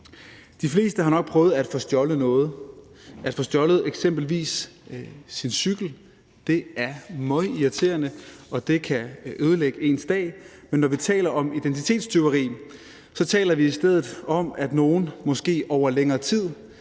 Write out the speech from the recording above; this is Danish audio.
De fleste har nok prøvet at få stjålet noget, at få stjålet eksempelvis sin cykel. Det er møgirriterende, og det kan ødelægge ens dag, men når vi taler om identitetstyveri, taler vi i stedet om, at nogen, måske over længere tid,